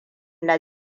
na